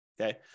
okay